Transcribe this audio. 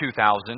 2000